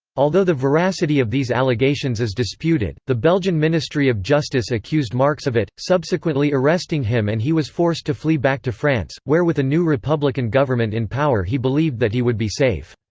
although the veracity of these allegations is disputed, the belgian ministry of justice accused marx of it, subsequently arresting him and he was forced to flee back to france, where with a new republican government in power he believed that he would be safe.